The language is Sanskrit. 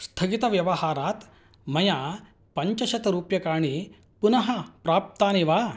स्थगितव्यवहारात् मया पञ्चशतरूप्यकाणि पुनः प्राप्तानि वा